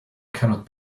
cannot